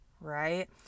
right